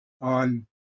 on